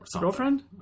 girlfriend